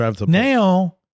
now